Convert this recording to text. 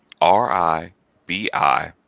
R-I-B-I-